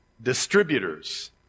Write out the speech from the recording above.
distributors